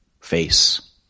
face